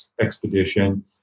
expedition